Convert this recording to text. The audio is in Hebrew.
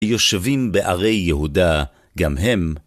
יושבים בערי יהודה, גם הם.